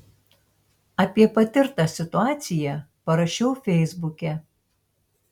apie patirtą situaciją parašiau feisbuke